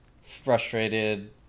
frustrated